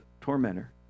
tormentor